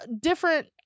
different